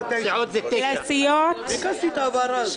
לסיעות זה 9. לסיעות,